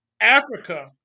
Africa